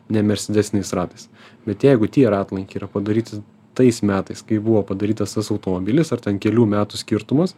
nemersedesniais ratais bet jeigu tie ratlankiai yra padaryti tais metais kai buvo padarytas tas automobilis ar ten kelių metų skirtumas